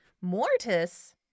Mortis